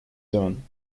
dunne